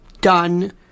done